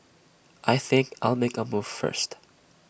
I think I'll make A move first